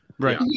Right